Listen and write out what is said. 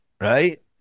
right